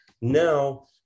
Now